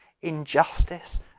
injustice